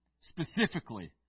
Specifically